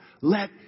let